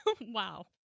Wow